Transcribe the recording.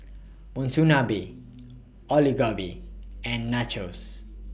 Monsunabe Alu Gobi and Nachos